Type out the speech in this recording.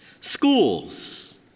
schools